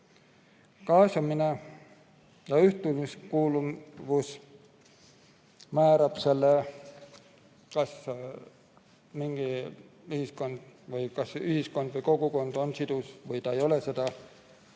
Kaasamine ja ühtekuuluvus määrab selle, kas mingi ühiskond või kogukond on sidus või ta ei ole seda.